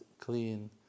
clean